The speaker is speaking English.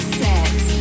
set